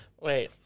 Wait